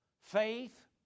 faith